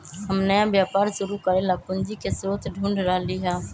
हम नया व्यापार शुरू करे ला पूंजी के स्रोत ढूढ़ रहली है